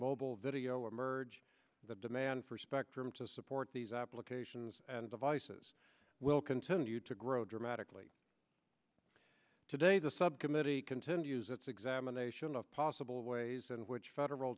mobile video emerge the demand for spectrum to support these applications and devices will continue to grow dramatically today the subcommittee continues its examination of possible ways in which federal